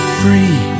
free